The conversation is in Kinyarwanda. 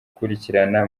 ukurikirana